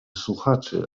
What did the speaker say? słuchaczy